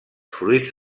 fruits